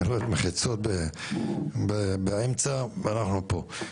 היו מחיצות באמצע ואנחנו פה.